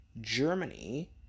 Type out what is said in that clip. Germany